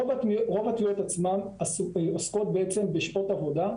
רוב בתביעות עצמן עוסקות בעצם בשעות עבודה,